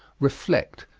reflect,